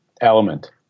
element